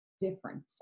different